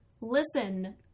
listen